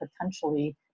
potentially